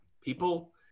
People